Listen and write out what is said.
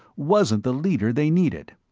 wasn't the leader they needed.